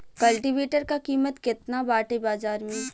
कल्टी वेटर क कीमत केतना बाटे बाजार में?